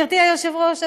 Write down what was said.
גברתי היושבת-ראש,